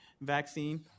vaccine